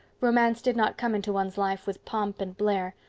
romance did not come into one's life with pomp and blare,